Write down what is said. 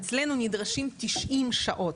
אצלנו נדרשות 90 שעות.